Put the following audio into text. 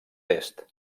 est